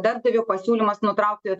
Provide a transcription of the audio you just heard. darbdavio pasiūlymas nutraukti